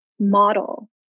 model